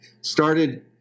started